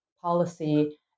policy